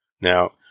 Now